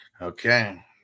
Okay